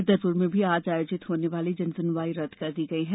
छतरपुर में भी आज आयोजित होने वाली जनसुनवाई रद्द कर दी गई है